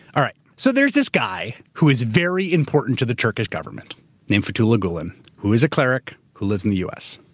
all right, so there's this guy who is very important to the turkish government named fethullah gulen, who is a cleric, who lives in the u. s.